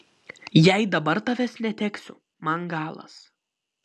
jei dabar tavęs neteksiu man galas